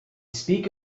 speak